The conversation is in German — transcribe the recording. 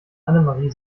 annemarie